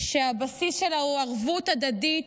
שהבסיס שלה הוא ערבות הדדית,